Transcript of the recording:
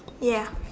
ya